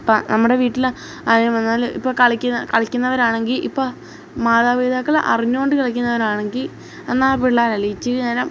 ഇപ്പോള് നമ്മുടെ വീട്ടില് ആരേലും വന്നാല് ഇപ്പോള് കളിക്കുന്നവരാണെങ്കില് ഇപ്പോള് മാതാപിതാക്കള് അറിഞ്ഞുകൊണ്ട് കളിക്കുന്നവരാണെങ്കില് എന്നാല് പിള്ളാരല്ലേ ഇച്ചിരി നേരം